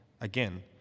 again